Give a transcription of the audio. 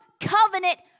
covenant